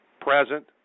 present